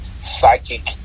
psychic